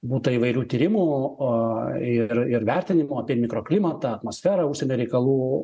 būta įvairių tyrimų o ir ir vertinimų apie mikroklimatą atmosferą užsienio reikalų